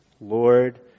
Lord